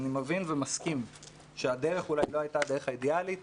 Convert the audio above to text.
אני מבין ומסכים שהדרך אולי לא הייתה הדרך האידיאלית.